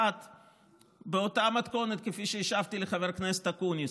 1. באותה מתכונת כפי שהשבתי לחבר הכנסת אקוניס,